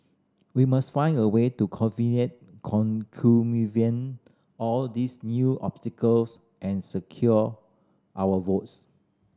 we must find a way to all these new obstacles and secure our votes